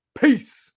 peace